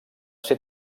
ser